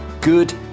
good